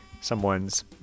someone's